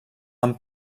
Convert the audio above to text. amb